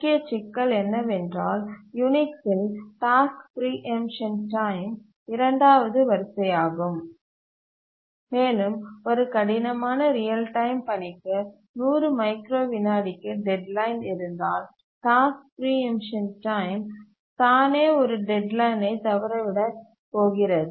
முக்கிய சிக்கல் என்னவென்றால் யூனிக்ஸில் டாஸ்க் பிரீஎம்ட்ஷன் டைம் இரண்டாவது வரிசையாகும் மேலும் ஒரு கடினமான ரியல் டைம் பணிக்கு 100 மைக்ரோ விநாடிக்கு டெட்லைன் இருந்தால் டாஸ்க் பிரீஎம்ட்ஷன் டைம் தானே ஒரு டெட்லைனை தவறவிடப் போகிறது